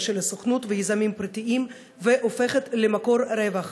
של הסוכנות ושל יזמים פרטיים והופכת למקור רווח.